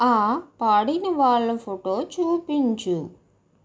ఆ పాడినవాళ్ళ ఫోటో చూపించు